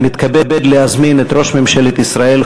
אני מתכבד להזמין את ראש ממשלת ישראל,